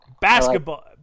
Basketball